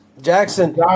Jackson